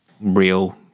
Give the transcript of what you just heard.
real